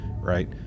right